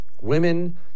Women